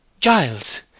Giles